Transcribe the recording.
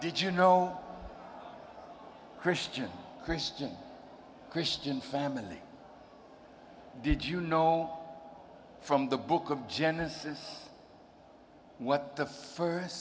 did you know christian christian christian family did you know from the book of genesis what the first